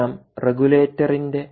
എല്ലാം റെഗുലേറ്ററിന്റെ